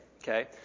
Okay